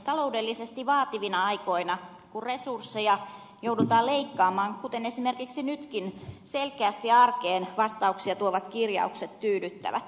taloudellisesti vaativina aikoina kun resursseja joudutaan leikkaamaan kuten esimerkiksi nytkin selkeästi arkeen vastauksia tuovat kirjaukset tyydyttävät